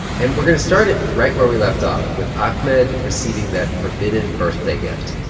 and we're going to start it right where we left off, with ahmed receiving that forbidden birthday gift.